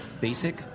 basic